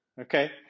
okay